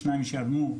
השניים שייעלמו,